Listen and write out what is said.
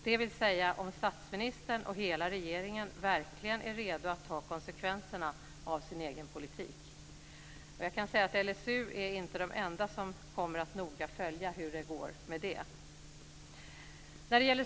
Det vill säga om statsministern och hela regeringen verkligen är redo att ta konsekvenserna av sin egen politik." Jag kan säga att LSU inte är de enda som noga kommer att följa hur det går med det.